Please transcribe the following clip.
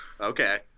okay